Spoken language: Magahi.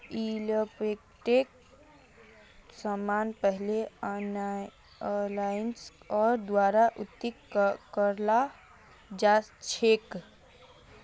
फ्लिपकार्टेर समान पहले आईएसओर द्वारा उत्तीर्ण कराल जा छेक